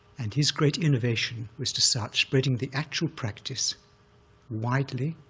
and his great innovation was to start spreading the actual practice widely